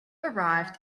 arrived